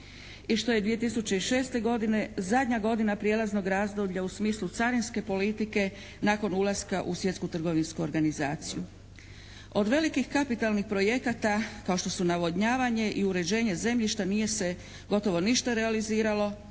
i što je 2006. godine zadnja godina prijelaznog razdoblja u smislu carinske politike nakon ulaska u Svjetsku trgovinsku organizaciju. Od velikih kapitalnih projekata kao što su navodnjavanje i uređenje zemljišta nije se gotovo ništa realiziralo